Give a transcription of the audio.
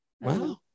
wow